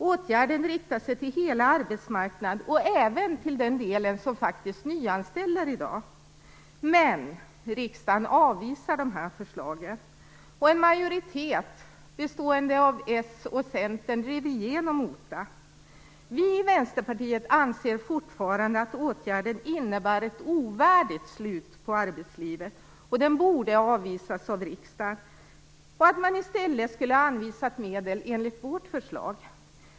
Åtgärden riktar sig till hela arbetsmarknaden och även till den del som faktiskt nyanställer i dag. Men riksdagen avvisade dessa förslag, och en majoritet bestående av Socialdemokraterna och Centern drev igenom OTA. Vi i Vänsterpartiet anser fortfarande att åtgärden innebär ett ovärdigt slut på arbetslivet och att den borde avvisats av riksdagen. I stället skulle man ha anvisat medel enligt vårt förslag.